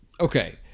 Okay